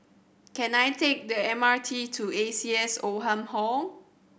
can I take the M R T to A C S Oldham Hall